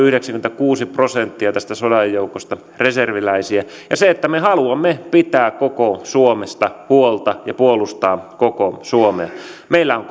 yhdeksänkymmentäkuusi prosenttia näistä sodanajan joukosta ja siitä että me haluamme pitää koko suomesta huolta ja puolustaa koko suomea meillä on